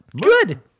Good